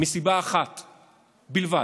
מסיבה אחת בלבד: